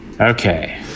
Okay